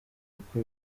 uko